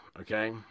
Okay